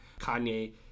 Kanye